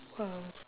!wow!